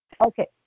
Okay